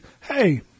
hey